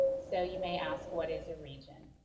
so you may ask, what is a region?